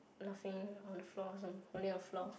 laughing on the floor some only on floor